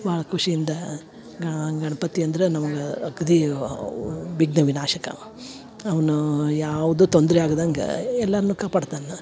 ಭಾಳ ಖುಷಿಯಿಂದ ಗಣಪತಿ ಅಂದ್ರ ನಮ್ಗ ಅಗ್ದಿ ಅವ ವಿಘ್ನ ವಿನಾಶಕ ಅವನು ಯಾವುದೋ ತೊಂದರೆ ಆಗ್ದಂಗ ಎಲ್ಲಾರನ್ನು ಕಾಪಾಡ್ತನೆ